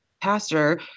pastor